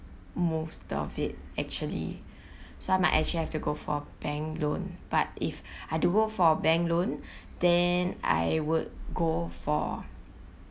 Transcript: most of it actually so I might actually have to go for bank loan but if I've to go for bank loan then I would go for